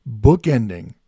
bookending